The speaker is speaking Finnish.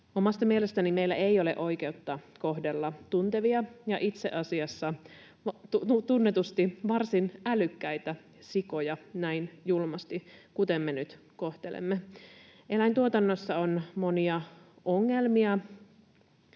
Omasta mielestäni meillä ei ole oikeutta kohdella tuntevia ja itse asiassa tunnetusti varsin älykkäitä sikoja näin julmasti, kuten me nyt kohtelemme. Eläintuotannossa on monia ongelmia,